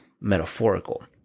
metaphorical